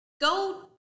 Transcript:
Go